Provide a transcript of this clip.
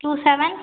two seven